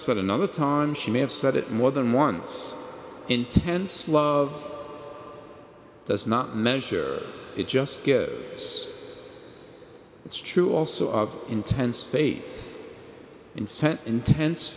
said another time she may have said it more than once intense love does not measure it just as it's true also of intense face infant intense